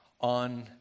on